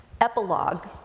Epilogue